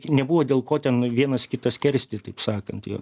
nebuvo dėl ko ten vienas kitą skersti taip sakant jo